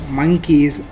monkeys